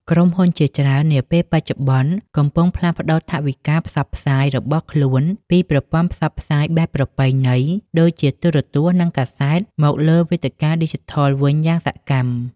ក្រុមហ៊ុនជាច្រើននាពេលបច្ចុប្បន្នកំពុងផ្លាស់ប្តូរថវិកាផ្សព្វផ្សាយរបស់ខ្លួនពីប្រព័ន្ធផ្សព្វផ្សាយបែបប្រពៃណី ដូចជាទូរទស្សន៍ និងកាសែត មកលើវេទិកាឌីជីថលវិញយ៉ាងសកម្ម។